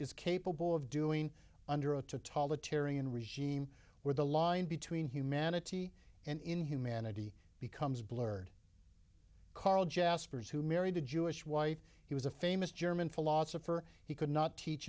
is capable of doing under a tall the tearing and regime where the line between humanity and inhumanity becomes blurred karl jaspers who married a jewish wife he was a famous german philosopher he could not teach